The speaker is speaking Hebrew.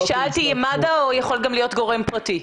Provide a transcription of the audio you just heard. שאלתי אם מד"א חייב להיות או יכול להיות גם גורם פרטי.